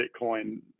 Bitcoin